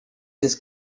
this